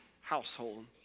household